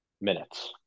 minutes